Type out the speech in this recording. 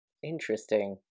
Interesting